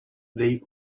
they